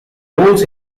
roles